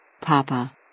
Papa